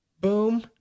boom